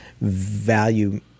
value